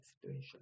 situation